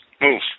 Move